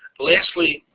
lastly,